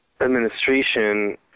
administration